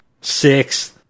six